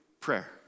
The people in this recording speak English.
prayer